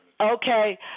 Okay